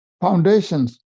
foundations